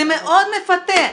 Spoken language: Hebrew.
זה מאוד מפתה,